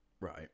Right